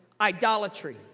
idolatry